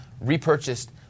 Repurchased